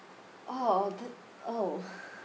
oh that oh